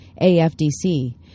AFDC